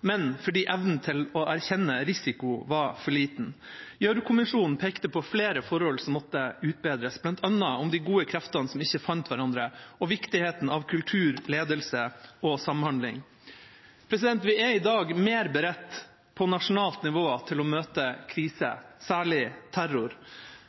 men fordi evnen til å erkjenne risiko var for liten. Gjørv-kommisjonen pekte på flere forhold som måtte utbedres, bl.a. om de gode kreftene som ikke fant hverandre, og viktigheten av kultur, ledelse og samhandling. Vi er i dag mer beredt på nasjonalt nivå til å møte kriser, særlig terror,